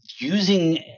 using